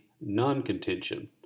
non-contention